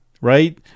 right